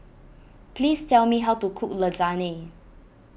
please tell me how to cook Lasagne